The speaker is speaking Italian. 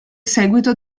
seguito